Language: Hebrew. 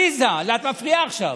עליזה, את מפריעה עכשיו,